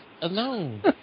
alone